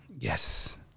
Yes